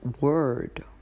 word